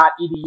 .edu